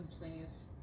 Please